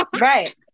Right